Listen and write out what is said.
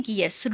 yes